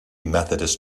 methodist